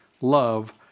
love